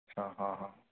अच्छा हा हा